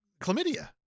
chlamydia